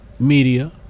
media